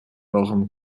eurem